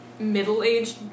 middle-aged